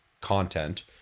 content